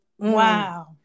Wow